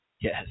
Yes